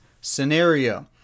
scenario